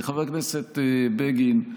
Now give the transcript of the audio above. חבר הכנסת בגין,